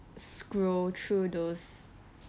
scroll through those